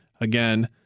again